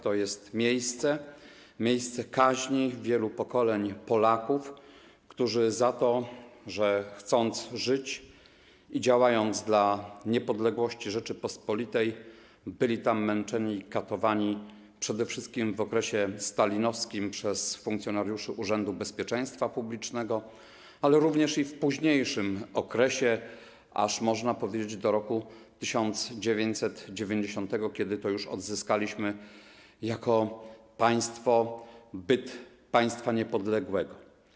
To jest miejsce kaźni wielu pokoleń Polaków, którzy za to, że chcieli żyć dla Rzeczypospolitej i działali na rzecz niepodległości Rzeczypospolitej, byli tam męczeni i katowani przede wszystkim w okresie stalinowskim przez funkcjonariuszy Urzędu Bezpieczeństwa Publicznego, ale również i w późniejszym okresie, aż do, można powiedzieć, roku 1990, kiedy to odzyskaliśmy jako państwo byt państwa niepodległego.